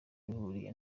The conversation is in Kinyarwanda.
bihuriye